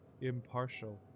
impartial